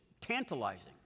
tantalizing